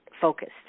focused